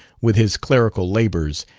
with his clerical labors,